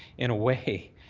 in a way,